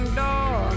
door